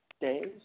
days